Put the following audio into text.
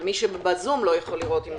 זה